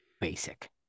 basic